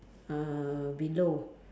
uh below